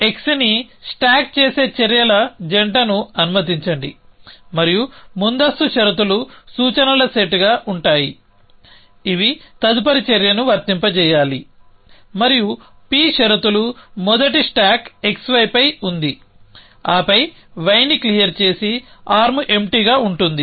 y పై x ని stack చేసే చర్యల జంటను అనుమతించండి మరియు ముందస్తు షరతులు సూచనల సెట్గా ఉంటాయి ఇవి తదుపరి చర్యను వర్తింపజేయాలి మరియు p షరతులు మొదటి స్టాక్ xy పై ఉంది ఆపై y ని క్లియర్ చేసి ఆర్మ్ ఎంప్టీగా ఉంటుంది